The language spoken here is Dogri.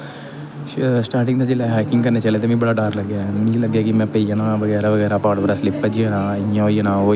स्टार्टिंग दा जिसलै हाइकिंग करने चले ते बड़ा डर लगेआ मिगी लगेआ कि में पेई आना बगैरा बगैरा पैर स्लिप भज्जी आना एह् होई आना वो होई आना